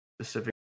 specific